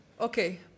Okay